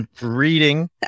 Reading